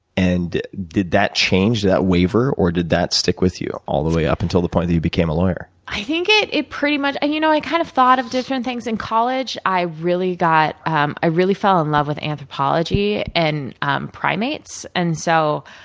and did that change, did that waiver, or did that stick with you all the way up until the point that you became a lawyer? i think it it pretty much and you know i kind of thought of different things in college. i really got um i really fell in love with anthropology and primates. and so,